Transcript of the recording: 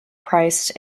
price